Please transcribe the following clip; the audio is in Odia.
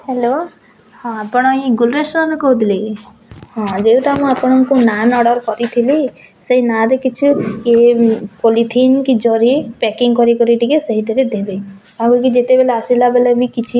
ହ୍ୟାଲୋ ହଁ ଆପଣ ଏଇ ଗୁଲ ରେଷଟୁରାଣ୍ଟରୁ କହୁଥିଲେ କି ହଁ ଯେଉଁଟା ମୁଁ ଆପଣଙ୍କୁ ନାନ୍ ଅର୍ଡ଼ର କରିଥିଲି ସେଇ ନାଁରେ କିଛି ଇଏ ପଲିଥିନ କି ଜରି ପ୍ୟାକିଙ୍ଗ କରି କରି ଟିକେ ସେହିଥିରେ ଦେବେ ଆଉ ବି ଯେତେବେଲେ ବି ଆସିଲା ବେଲେ ବି କିଛି